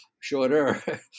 shorter